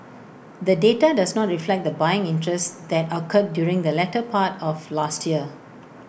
the data does not reflect the buying interest that occurred during the latter part of last year